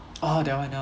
orh that one that one